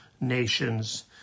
nations